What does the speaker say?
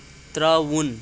ترٛاوُن